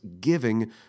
giving